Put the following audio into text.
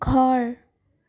ঘৰ